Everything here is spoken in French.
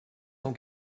cent